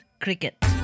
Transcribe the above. cricket